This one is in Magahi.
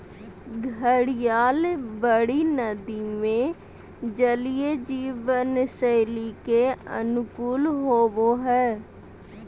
घड़ियाल बड़ी नदि में जलीय जीवन शैली के अनुकूल होबो हइ